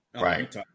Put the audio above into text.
Right